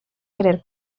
querer